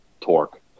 torque